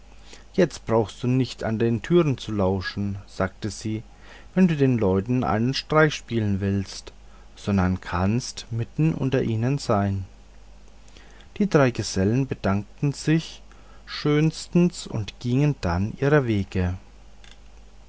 jetzt brauchst du nicht an den türen zu lauschen sagte sie wenn du den leuten einen streich spielen willst sondern kannst mitten unter ihnen sein die drei gesellen bedankten sich schönstens und gingen dann ihre wege